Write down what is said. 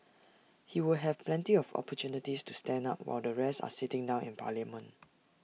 he will have plenty of opportunities to stand up while the rest are sitting down in parliament